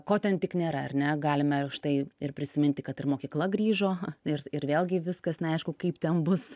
ko ten tik nėra ar ne galime štai ir prisiminti kad ir mokykla grįžo ir ir vėlgi viskas neaišku kaip ten bus